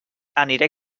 aniré